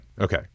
Okay